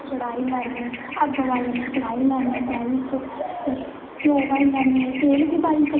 फिर ओह्दे बिच्च अस आलू बनाने स्यूल बनान्ने